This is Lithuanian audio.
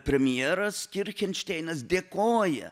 premjeras kirkenšteinas dėkoja